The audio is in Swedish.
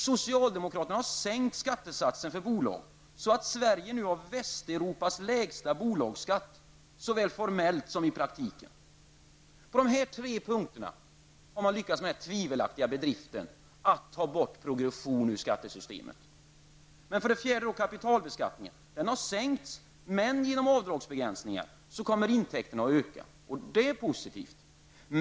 Socialdemokraterna har sänkt skattesatsen för bolag, så att Sverige nu har Västeuropas lägsta bolagsskatt såväl formellt som i praktiken. På dessa tre punkter har man lyckats med den tvivelaktiga bedriften att ta bort progressionen ur skattesystemet. 4. Kapitalbeskattningen har sänkts, men genom avdragsbegränsningar kommer intäkterna att öka, och det är positivt.